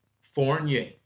Fournier